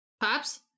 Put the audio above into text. Pops